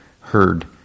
heard